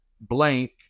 blank